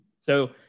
so-